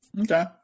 okay